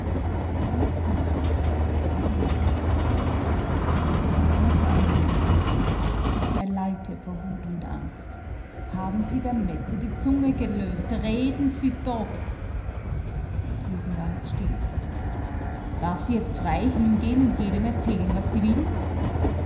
sonst nichts kein laut noch einmal der gaudenz er lallte vor wut und angst haben sie der mette die zunge gelöst reden sie doch drüben war es still darf sie jetzt frei hingehen und jedem erzählen was sie will